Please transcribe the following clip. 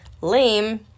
Lame